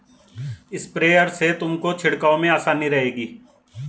sprayer से तुमको छिड़काव में आसानी रहेगी